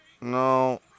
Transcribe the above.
No